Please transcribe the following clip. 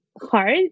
hard